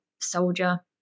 soldier